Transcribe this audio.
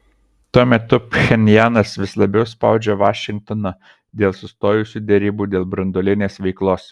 tuo metu pchenjanas vis labiau spaudžia vašingtoną dėl sustojusių derybų dėl branduolinės veiklos